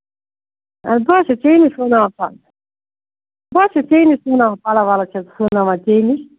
اَدٕ بہٕ حظ چھَس ژیٚے نِش سُوٕناوان پَلو بہٕ حظ چھَس ژیےٚ نِش سُوٕناوان پَلو وَلو چھَس بہٕ سُوٕناوان ژیٚے نِش